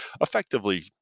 effectively